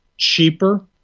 cheaper,